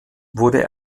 wurde